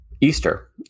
Easter